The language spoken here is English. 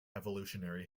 evolutionary